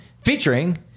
featuring